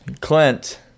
Clint